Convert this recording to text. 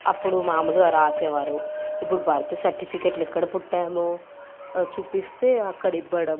అప్పుడు మామూలుగా రాసేవారు ఇప్పుడు బర్త్ సర్టిఫికెట్లు ఎక్కడ పుట్టాము చూపిస్తే అక్కడ ఇవ్వడం